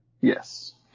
Yes